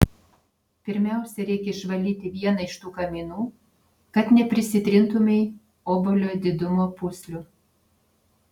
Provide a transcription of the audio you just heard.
pirmiausia reikia išvalyti vieną iš tų kaminų kad neprisitrintumei obuolio didumo pūslių